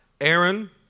Aaron